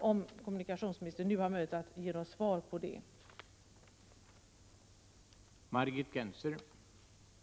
Har kommunikationsministern möjlighet att nu ge ett svar i det avseendet?